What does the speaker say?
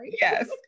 yes